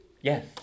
Yes